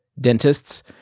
dentists